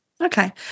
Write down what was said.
Okay